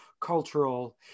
cultural